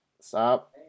stop